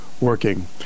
working